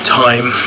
time